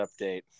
update